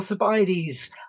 Alcibiades